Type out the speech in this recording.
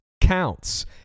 counts